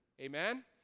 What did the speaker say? amen